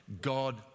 God